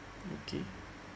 okay